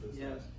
Yes